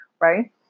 right